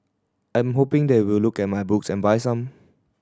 I'm hoping they will look at my books and buy some